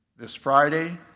this friday,